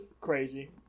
crazy